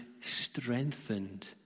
strengthened